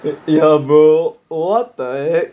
brother what the heck